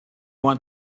want